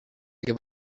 give